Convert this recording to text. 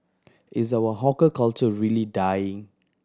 is our hawker culture really dying